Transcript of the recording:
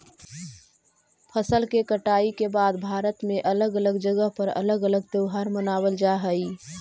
फसल के कटाई के बाद भारत में अलग अलग जगह पर अलग अलग त्योहार मानबल जा हई